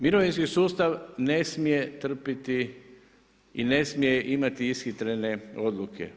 Mirovinski sustav ne smije trpiti i ne smije imati ishitrene odluke.